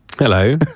Hello